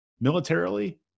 militarily